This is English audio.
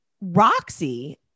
roxy